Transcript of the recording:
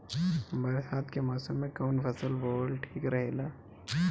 बरसात के मौसम में कउन फसल बोअल ठिक रहेला?